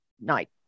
night